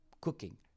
cooking